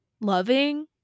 loving